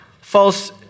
false